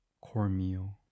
cornmeal